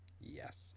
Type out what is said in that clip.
yes